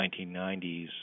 1990s